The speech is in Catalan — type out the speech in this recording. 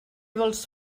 vols